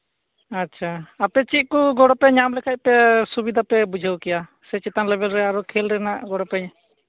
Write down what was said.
ᱟᱪᱪᱷᱟ ᱟᱯᱮ ᱪᱮᱫᱠᱚ ᱜᱚᱲᱚᱯᱮ ᱧᱟᱢ ᱞᱮᱠᱷᱟᱡ ᱥᱩᱵᱤᱛᱟᱯᱮ ᱵᱩᱡᱷᱟᱹᱣ ᱠᱮᱭᱟ ᱥᱮ ᱪᱮᱛᱟᱱ ᱞᱮᱵᱮᱞ ᱨᱮ ᱟᱨᱚ ᱠᱷᱮᱞ ᱨᱮᱱᱟᱜ ᱜᱚᱲᱚᱯᱮ